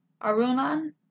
Arunan